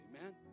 amen